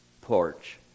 porch